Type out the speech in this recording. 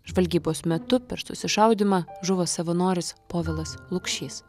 žvalgybos metu per susišaudymą žuvo savanoris povilas lukšys